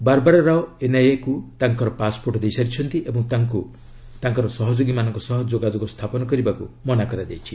Barbara Rao ଏନ୍ଆଇଏକୁ ତାଙ୍କର passport ଦେଇସାରିଛନ୍ତି ଓ ତାଙ୍କ ତାଙ୍କର ସହଯୋଗୀମାନଙ୍କ ସହ ଯୋଗାଯୋଗ ସ୍ଥାପନ କରିବାକୁ ମନା କରାଯାଇଛି